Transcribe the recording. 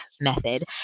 Method